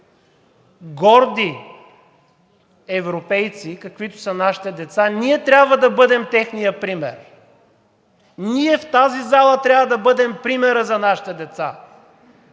горди европейци, каквито са нашите деца, ние трябва да бъдем техният пример. Ние в тази зала трябва да бъдем примера за нашите деца.